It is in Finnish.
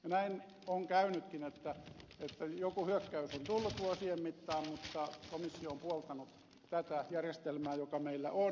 näin on käynytkin joku hyökkäys on tullut vuosien mittaan mutta komissio on puoltanut tätä järjestelmää joka meillä on